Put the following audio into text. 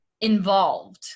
involved